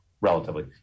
relatively